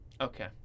Okay